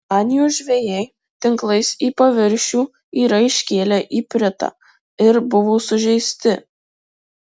danijos žvejai tinklais į paviršių yra iškėlę ipritą ir buvo sužeisti